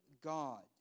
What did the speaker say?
God